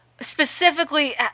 specifically